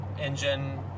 engine